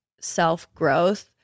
self-growth